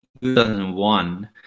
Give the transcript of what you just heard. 2001